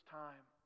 time